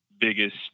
biggest